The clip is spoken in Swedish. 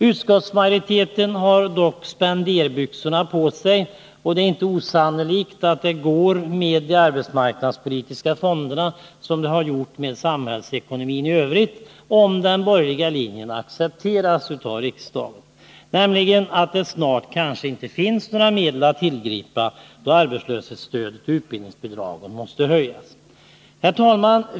Utskottsmajoriteten har dock spenderbyxorna på sig, och det är inte osannolikt att det går med de arbetsmarknadspolitiska fonderna som det har gjort med samhällsekonomin i övrigt, om den borgerliga linjen accepteras av riksdagen, nämligen att det snart kanske inte finns några medel att tillgripa då arbetslöshetsstödet och utbildningsbidragen måste höjas. Herr talman!